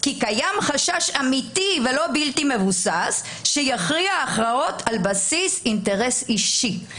כי קיים חשש אמיתי ולא בלתי מבוסס שיכריע הכרעות על בסיס אינטרס אישי.